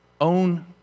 own